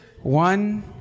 One